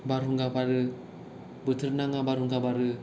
बारहुंखा बारो बोथोर नाङा बारहुंखा बारो